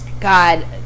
God